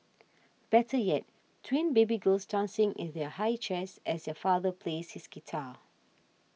better yet twin baby girls dancing in their high chairs as their father plays his guitar